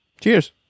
Cheers